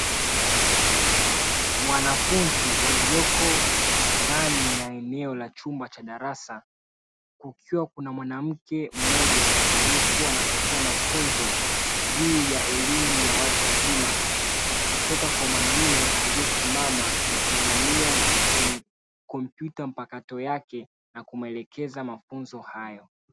Wanafunzi walioko ndani ya eneo la chumba cha darasa kukiwa kuna mwanamke mmoja aliyekuwa anapokea mafunzo juu ya elimu ya watu wazima kutoka kwa mwanamme aliyesimama na kuegemea kwenye kompyuta mpakato yake na kumuelekeza mafunzo hayo.